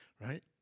right